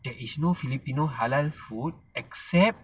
there is no filipino halal food except